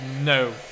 no